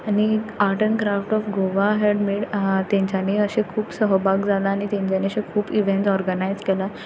आनी art and craft of Goa had made तेंच्यानी अशें खूब सहभाग जाला आनी तेंच्यांनी अशे खूब इवँट्स ऑर्गनायज केला